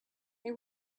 they